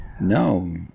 No